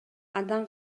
андан